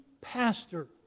pastor